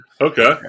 Okay